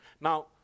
now